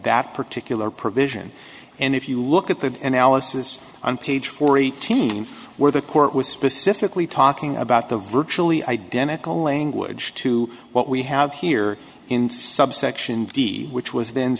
that particular provision and if you look at the analysis on page four eighteen where the court was specifically talking about the virtually identical language to what we have here in subsection d which was then